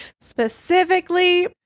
specifically